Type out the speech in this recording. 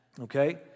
Okay